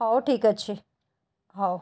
ହଉ ଠିକ୍ଅଛି ହଉ